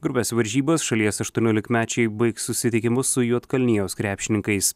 grupės varžybas šalies aštuoniolikmečiai baigs susitikimu su juodkalnijos krepšininkais